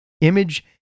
Image